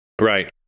Right